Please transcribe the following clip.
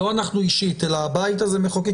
לא אנחנו אישית אלא הבית הזה מחוקק,